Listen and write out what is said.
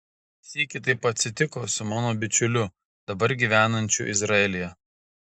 sykį taip atsitiko su mano bičiuliu dabar gyvenančiu izraelyje